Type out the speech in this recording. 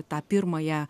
tą pirmąją